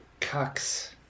cucks